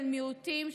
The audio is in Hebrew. של מיעוטים,